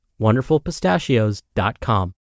WonderfulPistachios.com